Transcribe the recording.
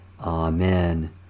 Amen